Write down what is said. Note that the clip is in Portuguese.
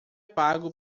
pago